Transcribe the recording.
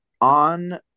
on